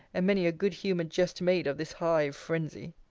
and many a good-humoured jest made of this high phrensy!